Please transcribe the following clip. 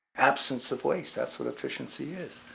absence of waste, that's what efficiency is.